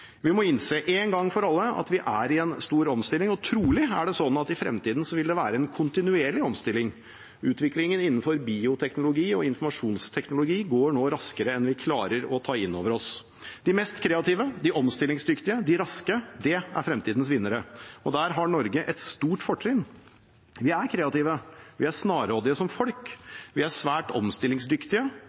Vi må innse en gang for alle at vi er i en stor omstilling, og trolig er det slik at i fremtiden vil det være en kontinuerlig omstilling. Utviklingen innenfor bioteknologi og informasjonsteknologi går nå raskere enn vi klarer å ta inn over oss. De mest kreative, de omstillingsdyktige, de raske – de er fremtidens vinnere. Der har Norge et stort fortrinn. Vi er kreative, vi er snarrådige som folk. Vi er svært omstillingsdyktige